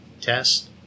test